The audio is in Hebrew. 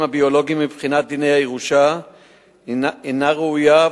הביולוגיים מבחינת דיני הירושה אינה ראויה,